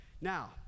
Now